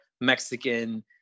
Mexican